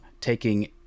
taking